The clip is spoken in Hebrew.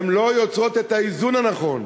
לא יוצרות את האיזון הנכון